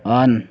on